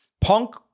Punk